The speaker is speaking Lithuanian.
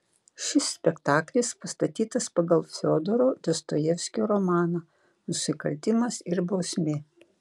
šis spektaklis pastatytas pagal fiodoro dostojevskio romaną nusikaltimas ir bausmė